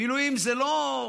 מילואים זה לא,